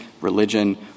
religion